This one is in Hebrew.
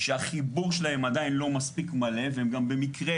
שהחיבור שלהם עדיין לא מספיק מלא והם גם במקרה